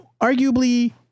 arguably